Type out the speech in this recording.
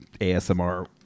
ASMR